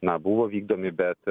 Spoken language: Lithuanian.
na vykdomi bet